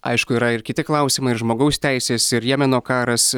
aišku yra ir kiti klausimai ir žmogaus teisės ir jemeno karas